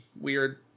weird